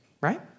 right